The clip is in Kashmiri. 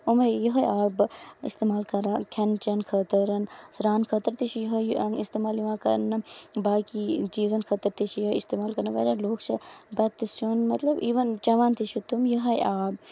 أمے یِہوے آب اِستعمال کران کھٮ۪نہٕ چینہٕ خٲطر سران خٲطر تہِ چھُ یِہوے یِوان اِستعمال یوان کرنہٕ باقی چیٖزَن خٲطرٕ تہِ چھُ یِوان یِہوے اِستعمال کرنہٕ واریاہ لوٗکھ چھِ بَتہٕ سیُن مطلب اِوٕن چیوان تہِ چھِ تِم یِہوے آب